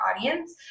audience